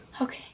Okay